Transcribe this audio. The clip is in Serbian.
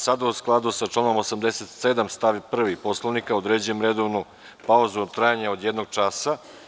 Sada u skladu sa članom 87. stav 1. Poslovnika određujem redovnu pauzu u trajanju od jednog časa.